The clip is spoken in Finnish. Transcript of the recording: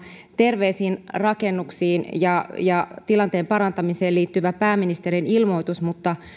terveisiin rakennuksiin ja ja tilanteen parantamiseen liittyvä pääministerin ilmoitus mutta